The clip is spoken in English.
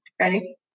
Ready